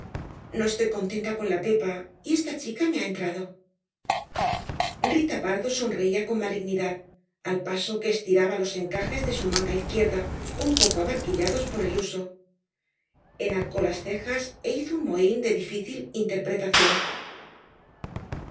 no estoy contenta con la pepa y esta chica me ha entrado rita pardo sonreía con malignidad al paso que estiraba los encajes de su manga izquierda un poco abarquillados por el uso enarcó las cejas é hizo un mohín de difícil interpretación